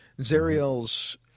Zeriel's